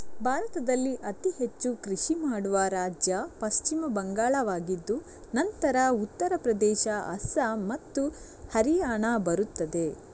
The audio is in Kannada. ಭಾರತದಲ್ಲಿ ಅತಿ ಹೆಚ್ಚು ಕೃಷಿ ಮಾಡುವ ರಾಜ್ಯ ಪಶ್ಚಿಮ ಬಂಗಾಳವಾಗಿದ್ದು ನಂತರ ಉತ್ತರ ಪ್ರದೇಶ, ಅಸ್ಸಾಂ ಮತ್ತು ಹರಿಯಾಣ ಬರುತ್ತದೆ